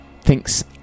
thinks